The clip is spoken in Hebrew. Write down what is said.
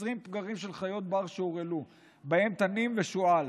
20 פגרים של חיות בר שהורעלו, ובהן תנים ושועל.